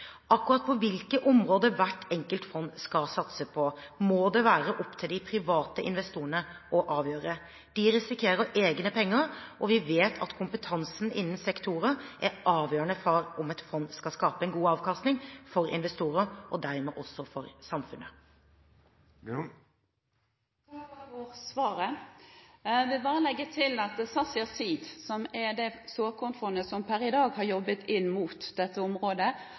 Akkurat på hvilke områder hvert enkelt fond skal satse, må det være opp til de private investorene å avgjøre. De risikerer egne penger, og vi vet at kompetansen innen sektorer er avgjørende for om et fond skal skape en god avkastning for investorer og dermed også for samfunnet. Jeg takker for svaret. Jeg vil bare legge til at Sarsia Seed, som er det såkornfondet som per i dag har jobbet inn mot dette området,